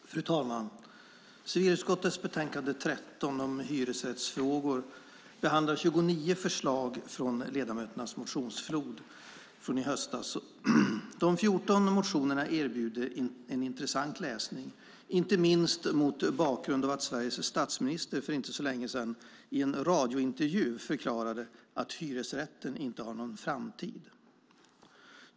Fru talman! Civilutskottets betänkande 13 om hyresrättsfrågor behandlar 29 förslag från ledamöternas motionsflod i höstas. De 14 motionerna erbjuder en intressant läsning, inte minst mot bakgrund av att Sveriges statsminister för inte så länge sedan i en radiointervju förklarade att hyresrätten inte har någon framtid.